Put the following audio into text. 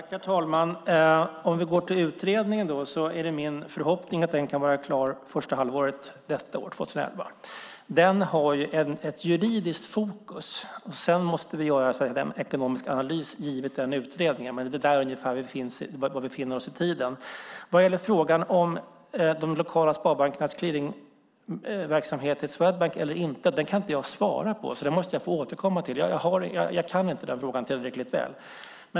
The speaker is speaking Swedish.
Herr talman! Om vi går till utredningen är det min förhoppning att den kan vara klar första halvåret i år. Den har ett juridiskt fokus. Sedan måste vi göra en ekonomisk analys givet den utredningen. Men det är ungefär var vi befinner oss i tiden. Frågan om de lokala sparbankernas clearingverksamhet i Swedbank eller inte kan jag inte svara på. Den måste jag få återkomma till. Jag kan inte den frågan tillräckligt väl.